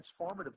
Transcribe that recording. transformative